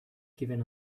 given